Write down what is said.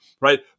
Right